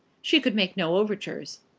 she could make no overtures.